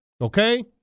Okay